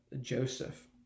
Joseph